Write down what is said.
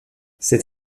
cet